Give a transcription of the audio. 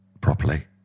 properly